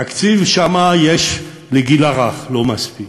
בתקציב שם, יש לגיל הרך לא מספיק.